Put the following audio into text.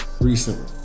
recently